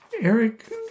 Eric